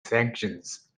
sanctions